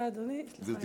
אדוני, בבקשה.